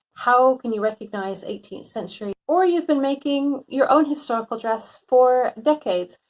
how can you recognize eighteenth century or you've been making your own historical dress for decades.